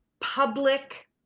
public